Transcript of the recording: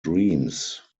dreams